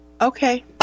Okay